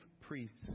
priests